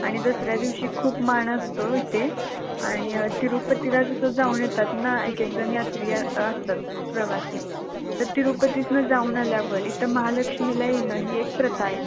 आणि दसऱ्या दिवशी खूप मान असतो इथे आणि तिरुपतीला जसं जाऊन येतात ना एक एक जण यात्री या असतात प्रवासी तर तिररुपतीसनं जाऊन आल्यावर इथं महालक्ष्मीला येणं ही एक प्रथा आहे